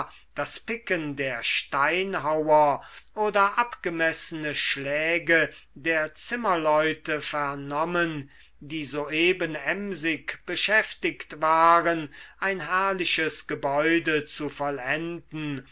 das picken der steinhauer oder abgemessene schläge der zimmerleute vernommen die soeben emsig beschäftigt waren ein herrliches gebäude zu vollenden